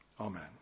Amen